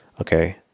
okay